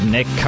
Nick